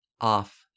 off